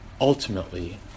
ultimately